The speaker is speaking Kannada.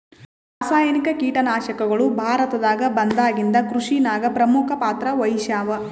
ರಾಸಾಯನಿಕ ಕೀಟನಾಶಕಗಳು ಭಾರತದಾಗ ಬಂದಾಗಿಂದ ಕೃಷಿನಾಗ ಪ್ರಮುಖ ಪಾತ್ರ ವಹಿಸ್ಯಾವ